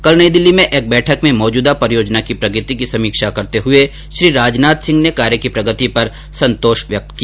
कल नई दिल्ली में एक बैठक में मौजूदा परियोजनाओं की प्रगति की समीक्षा करते हुए श्री राजनाथ सिंह ने कार्य की प्रगति पर संतोष व्यक्त किया